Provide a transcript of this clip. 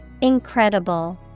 Incredible